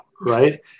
right